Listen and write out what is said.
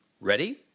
Ready